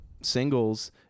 singles